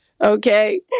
Okay